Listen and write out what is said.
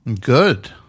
good